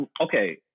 okay